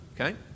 okay